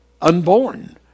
unborn